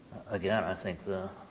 again i think the